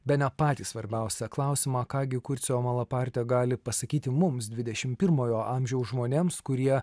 bene patį svarbiausią klausimą ką gi kurcio malaparti gali pasakyti mums dvidešimt pirmojo amžiaus žmonėms kurie